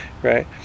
Right